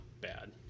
bad